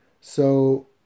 So